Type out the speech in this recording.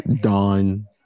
Dawn